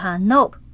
Nope